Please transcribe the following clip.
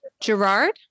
Gerard